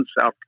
South